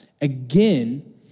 again